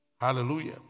Hallelujah